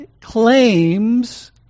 claims